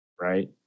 right